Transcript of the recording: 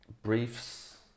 Briefs